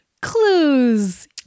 clues